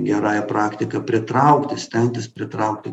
gerąja praktika pritraukti stengtis pritraukti